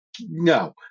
no